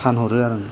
फानहरो आं